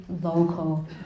local